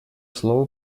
слово